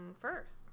first